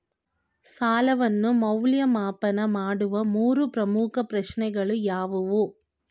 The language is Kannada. ಸಾಲವನ್ನು ಮೌಲ್ಯಮಾಪನ ಮಾಡುವ ಮೂರು ಪ್ರಮುಖ ಪ್ರಶ್ನೆಗಳು ಯಾವುವು?